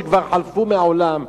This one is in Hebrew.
שכבר חלפו מהעולם,